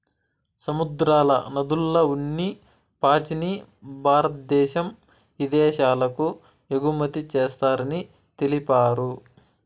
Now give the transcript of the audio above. సముద్రాల, నదుల్ల ఉన్ని పాచిని భారద్దేశం ఇదేశాలకు ఎగుమతి చేస్తారని తెలిపారు